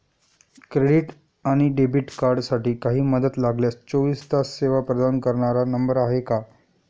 Credit आणि debit कार्डसाठी काही मदत लागल्यास चोवीस तास सेवा प्रदान करणारा नंबर आहे का?